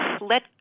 let